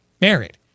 married